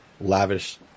lavish